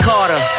Carter